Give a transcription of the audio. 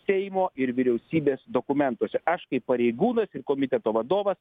seimo ir vyriausybės dokumentuose aš kaip pareigūnas ir komiteto vadovas